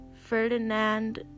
Ferdinand